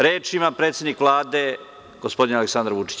Reč ima predsednik Vlade, gospodin Aleksandar Vučić.